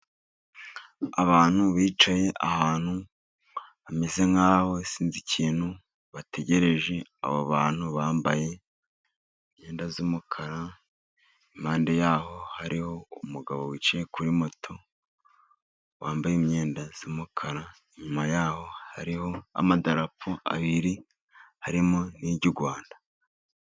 Abantu bicaye ahantu bameze nk'aho sinzi ikintu bategereje. Abo bantu bambaye imyenda y'umukara impande yaho hariho umugabo wicaye kuri moto, wambaye imyenda y'umukara. Inyuma yaho hariho amadarspo abiri harimo n'iry'u Rwanda.